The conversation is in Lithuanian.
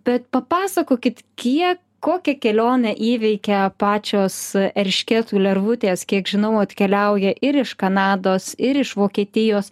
bet papasakokit kiek kokią kelionę įveikia pačios eršketų lervutės kiek žinau atkeliauja ir iš kanados ir iš vokietijos